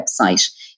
website